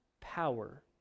power